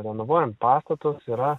renovuojant pastatus yra